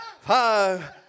five